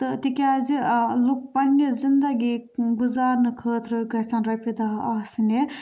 تہٕ تِکیٛازِ لُکھ پَنٛنہِ زِندگی گُزارنہٕ خٲطرٕ گَژھَن رۄپیہِ دَہ آسنہِ